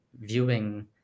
viewing